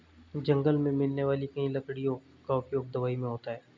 जंगल मे मिलने वाली कई लकड़ियों का उपयोग दवाई मे होता है